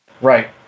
Right